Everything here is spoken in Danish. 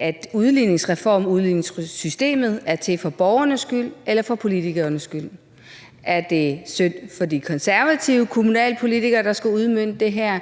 at udligningsreformen, udligningssystemet, er til for borgernes skyld eller for politikernes skyld. Er det synd for de konservative kommunalpolitikere, der skal udmønte det her,